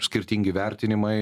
skirtingi vertinimai